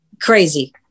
crazy